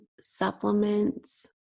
supplements